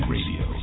Radio